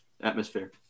atmosphere